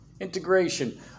Integration